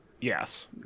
Yes